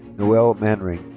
noel manring.